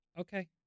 okay